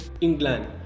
England